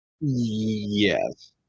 yes